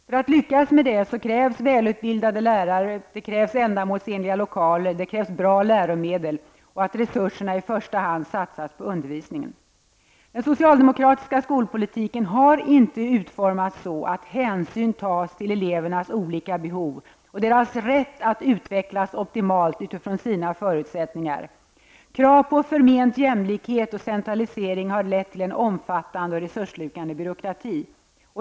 För att lyckas med detta krävs välutbildade lärare, ändamålsenliga lokaler och bra läromedel samt att resurserna i första hand satsas på undervisningen. Den socialdemokratiska skolpolitiken har inte utformats så att hänsyn tas till elevernas olika behov och ders rätt att utvecklas optimalt utifrån sina förutsättningar. Krav på förment jämlikhet liksom centralisering har lett till en omfattande och resursslukande byråkrati.